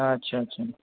अच्छा अच्छा